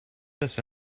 this